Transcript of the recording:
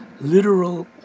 literal